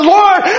lord